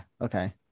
okay